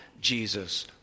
Jesus